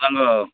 hello